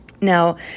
Now